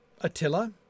Attila